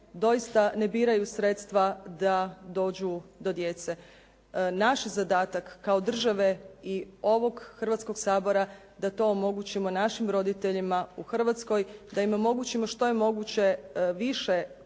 Doista ne biraju sredstva da dođu do djece. Naš je zadatak kao države i ovog Hrvatskog sabora da to omogućimo našim roditeljima u Hrvatskoj, da im omogućimo što je moguće više